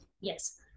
Yes